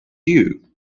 you